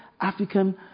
African